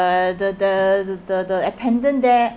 ~e the the the the the attendant there